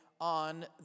on